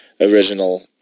original